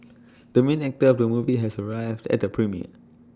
the main actor of the movie has arrived at the premiere